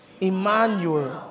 Emmanuel